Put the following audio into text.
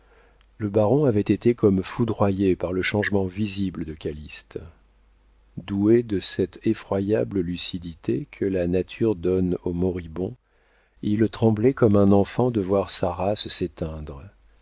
le baron avait été comme foudroyé par le changement visible de calyste doué de cette effroyable lucidité que la nature donne aux moribonds il tremblait comme un enfant de voir sa race s'éteindre